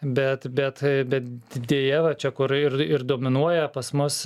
bet bet bet deja va čia kur ir ir dominuoja pas mus